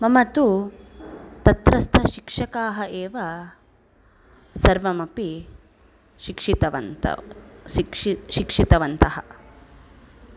मम तु तत्रस्थशिक्षकाः एव सर्वमपि शिक्षितवन्त शिक्षि शिक्षितवन्तः